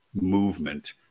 movement